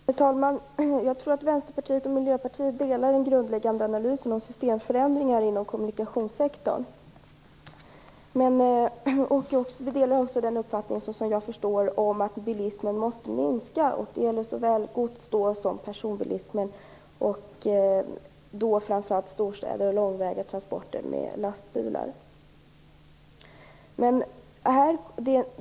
Herr talman! Jag tror att Vänsterpartiet och Miljöpartiet delar den grundläggande analysen av systemförändringar inom kommunikationssektorn. Vi delar också uppfattningen att bilismen måste minska, och det gäller såväl godstransporter som personbilar, framför allt i storstäderna och i fråga om långväga tunga transporter med lastbilar.